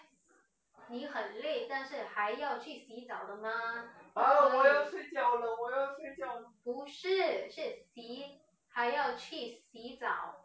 我要睡觉了我要睡觉了